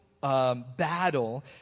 battle